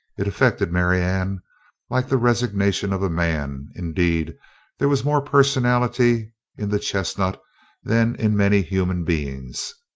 it affected marianne like the resignation of a man indeed there was more personality in the chestnut than in many human beings.